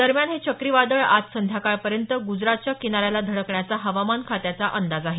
दरम्यान हे चक्रीवादळ आज संध्याकाळपर्यंत गुजरातच्या किनाऱ्याला धडकण्याचा हवामान खात्याचा अंदाज आहे